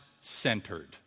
centered